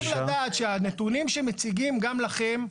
חשוב לדעת שהנתונים שמציגים גם לכם,